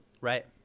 Right